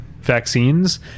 vaccines